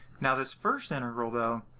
now this first integral though,